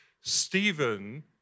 Stephen